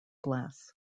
glass